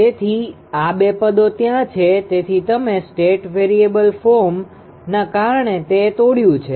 તેથી આ બે પદો ત્યાં છે તેથી તમે સ્ટેટ વેરીએબલ ફોર્મના કારણે તે તોડ્યું છે